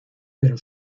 pero